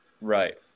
Right